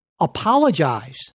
apologize